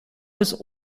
bis